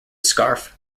scarf